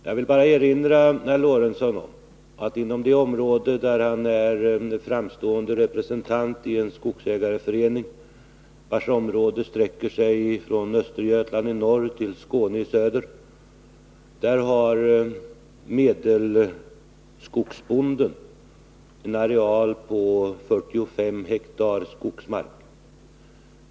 Jag vill bara erinra herr Lorentzon om att på det fält där han är en framstående representant i en skogsägareförening, vars område sträcker sig från Östergötland i norr till Skåne i söder, har medelskogsbonden en areal på 45 hektar skogsmark.